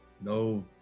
No